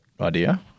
idea